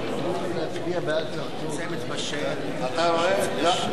להסיר מסדר-היום את הצעת חוק ביטוח בריאות ממלכתי (תיקון,